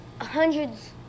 Hundreds